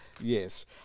Yes